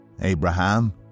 Abraham